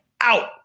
out